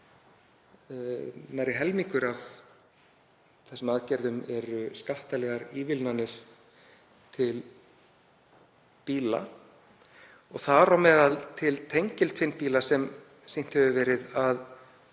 Nærri helmingur af þessum aðgerðum eru skattalegar ívilnanir til bíla, þar á meðal til tengiltvinnbíla sem sýnt hefur verið að